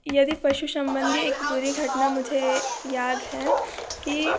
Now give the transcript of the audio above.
यदि पशु सम्बन्धी एक बुरी घटना मुझे याद है कि